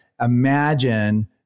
imagine